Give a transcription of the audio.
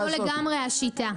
זו לגמרי השיטה.